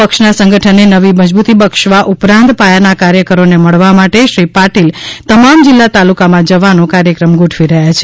પક્ષના સંગઠનને નવી મજબૂતી બક્ષવા ઉપરાંત પાયાના કાર્યકરોને મળવા માટે શ્રી પાટિલ તમામ જિલ્લા તાલુકામાં જવાનો કાર્યક્રમ ગોઠવી રહ્યા છે